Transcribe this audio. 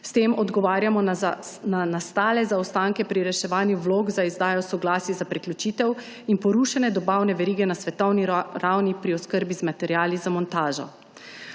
S tem odgovarjamo na nastale zaostanke pri reševanju vlog za izdajo soglasij za priključitev in porušene dobavne verige na svetovni ravni pri oskrbi z materiali za montažo.